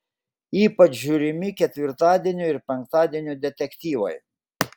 ypač žiūrimi ketvirtadienio ir penktadienio detektyvai